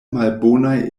malbonaj